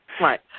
Right